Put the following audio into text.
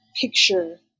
picture